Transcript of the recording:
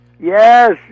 Yes